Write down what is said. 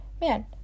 man